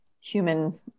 human